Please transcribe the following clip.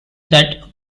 that